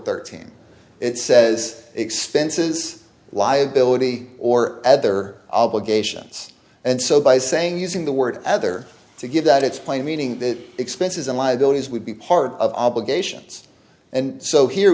thirteen it says expenses liability or other obligations and so by saying using the word other to give that it's plain meaning that expenses and liabilities would be part of obligations and so here